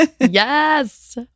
Yes